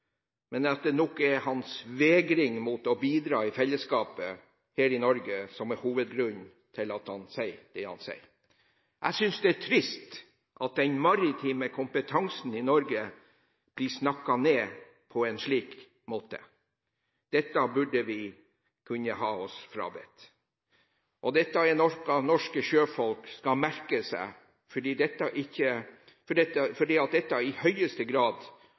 men at det nok er hans vegring mot å bidra til fellesskapet her i Norge som er hovedgrunnen til at han sier det han sier. Jeg synes det er trist at den maritime kompetansen i Norge blir snakket ned på en slik måte. Dette burde vi kunne ha oss frabedt. Dette er noe norske sjøfolk skal merke seg, fordi det i aller høyeste grad